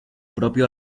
propio